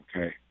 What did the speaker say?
Okay